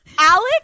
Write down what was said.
Alex